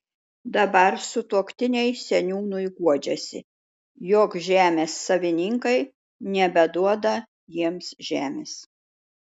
dabar sutuoktiniai seniūnui guodžiasi jog žemės savininkai nebeduoda jiems žemės